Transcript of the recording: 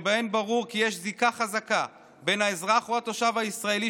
שבהן ברור כי יש זיקה חזקה בין האזרח או התושב הישראלי